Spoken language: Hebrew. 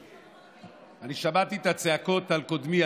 אני שמעתי את הצעקות על קודמי,